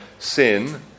sin